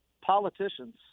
politicians